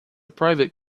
private